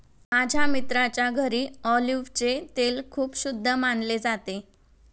माझ्या मित्राच्या घरी ऑलिव्हचे तेल खूप शुद्ध मानले जाते